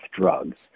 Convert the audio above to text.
drugs